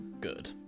good